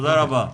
תודה רבה.